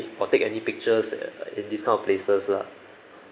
or take any pictures in this kind of places lah